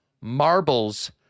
Marbles